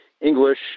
English